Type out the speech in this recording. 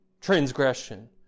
transgression